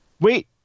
wait